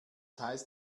heißt